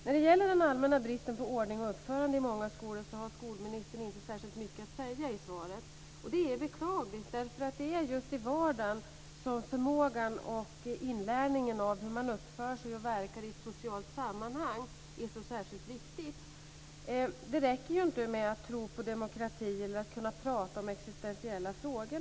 När det gäller den allmänna bristen på ordning och uppförande i många skolor har skolministern inte särskilt mycket att säga i svaret, och det är beklagligt, därför att det är just i vardagen som förmågan och inlärningen av hur man uppför sig och verkar i ett socialt sammanhang är så särskilt viktig. Det räcker ju inte med att tro på demokrati eller att kunna prata om existentiella frågor.